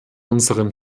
unseren